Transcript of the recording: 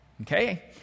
Okay